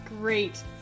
Great